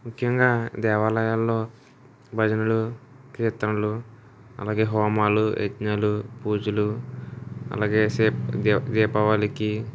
ముఖ్యంగా దేవాలయాల్లో భజనలు కీర్తనలు అలాగే హోమాలు యజ్ఞాలు పూజలు అలాగే సే దీ దీపావళికి